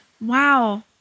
wow